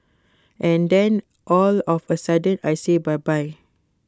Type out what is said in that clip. and then all of A sudden I say bye bye